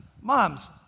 Moms